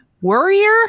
warrior